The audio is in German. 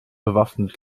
bewaffnet